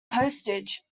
postage